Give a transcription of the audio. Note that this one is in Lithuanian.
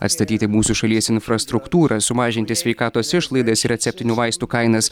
atstatyti mūsų šalies infrastruktūrą sumažinti sveikatos išlaidas receptinių vaistų kainas